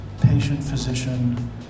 patient-physician